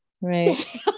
Right